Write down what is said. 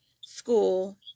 school